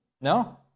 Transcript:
No